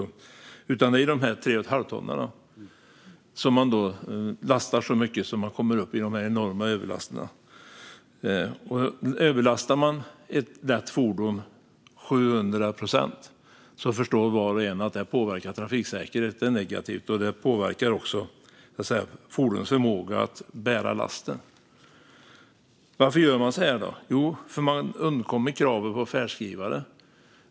Här handlar det om fordon på tre och ett halvt ton, som då lastas så mycket att de kommer upp i dessa enorma överlaster. Överlastas ett lätt fordon med 700 procent förstår var och en att det påverkar trafiksäkerheten negativt. Det påverkar också fordonets förmåga att bära lasten. Varför gör man så här? Jo, det gör man för att undkomma kravet på färdskrivare.